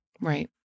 Right